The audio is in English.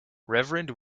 reverend